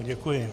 Děkuji.